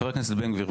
חבר הכנסת בן גביר,